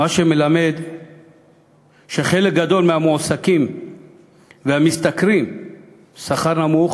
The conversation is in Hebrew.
מה שמלמד שחלק גדול מהמועסקים והמשתכרים שכר נמוך,